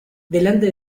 delante